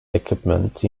equipment